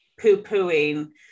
poo-pooing